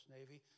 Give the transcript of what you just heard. Navy